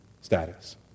status